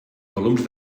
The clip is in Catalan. volums